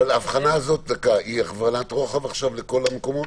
זה הבחנת רוחב לכל המקומות?